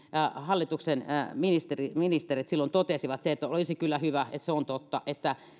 hallituksen ministerit silloin totesivat että olisi kyllä hyvä ja se on totta että